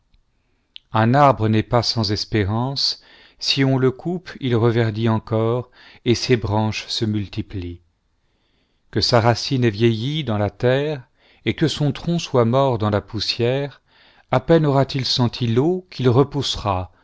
un arbre n'est pas sans espérance si on le coupe il reverdit encore et ses branches se multiplient que sa racine ait vieilli dans la terre et que son tronc soit mort dans la poussière à peine aura-t-il senti l'eau qu'il repoussera